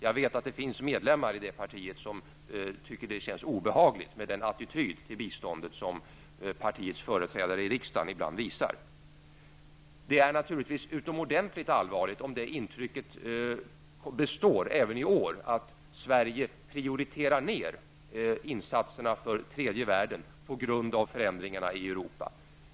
Jag vet att det finns medlemmar i detta parti som tycker det känns obehagligt med den attityd till biståndet som partiets företrädare i riksdagen ibland visar. Det är naturligtvis utomordentligt allvarligt om även i år det intrycket består, att Sverige på grund av förändringarna i Europa prioriterar ner insatserna för tredje världen.